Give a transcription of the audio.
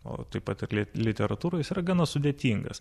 o tai pat ir li literatūroj jis yra gana sudėtingas